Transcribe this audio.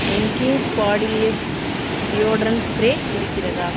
engage Bodylicious deodorant spray இருக்கிறதா